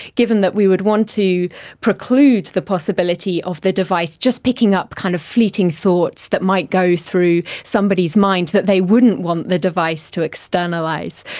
given that we would want to preclude the possibility of the device just picking up kind of fleeting thoughts that might go through somebody's mind that they wouldn't want the device to externalise.